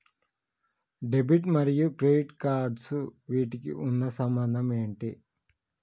Debit మరియు credit cards వీటికి ఉన్న సంబంధం ఏంటి?